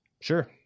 Sure